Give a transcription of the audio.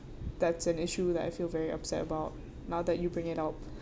that's an issue that I feel very upset about now that you bring it up